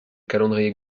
calendrier